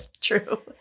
true